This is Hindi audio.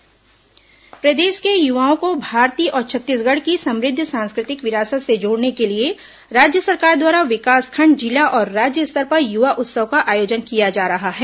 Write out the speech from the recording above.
युवा उत्सव प्रदेश के युवाओं को भारतीय और छत्तीसगढ़ की समृद्ध सांस्कृतिक विरासत से जोड़ने के लिए राज्य सरकार द्वारा विकासखण्ड जिला और राज्य स्तर पर युवा उत्सव का आयोजन किया जा रहा है